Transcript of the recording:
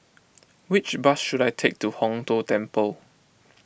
which bus should I take to Hong Tho Temple